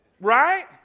Right